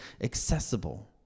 accessible